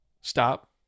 Stop